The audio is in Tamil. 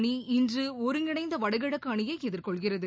அணி இன்று ஒருங்கிணைந்த வடகிழக்கு அணியை எதிர்கொள்கிறது